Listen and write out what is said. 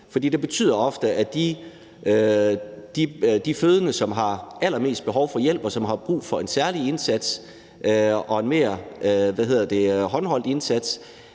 det betyder ofte, at de fødende, som har allermest behov for hjælp, og som har brug for en særlig indsats og en mere, hvad hedder det,